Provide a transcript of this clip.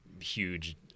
huge –